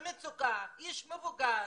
במצוקה, מבוגר,